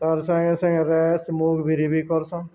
ତା'ର୍ ସାଙ୍ଗେ ସାଙ୍ଗେ ରେସ୍ ମୁଗ୍ ବିରି ବି କର୍ସନ୍